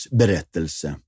berättelse